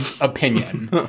opinion